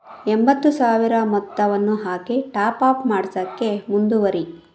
ಎಂಬತ್ತು ಸಾವಿರ ಮೊತ್ತವನ್ನು ಹಾಕಿ ಟಾಪಪ್ ಮಾಡ್ಸೋಕ್ಕೆ ಮುಂದುವರಿ